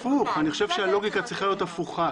הפוך, אני חושב שהלוגיקה צריכה להיות הפוכה.